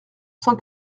cent